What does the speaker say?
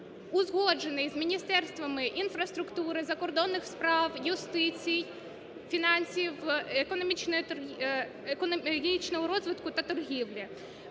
узгоджений з Міністерствами інфраструктури, закордонних справ, юстиції, фінансів, економічного розвитку та торгівлі.